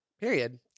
Period